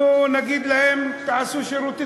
אנחנו נגיד להם: תעשו שירות צבאי,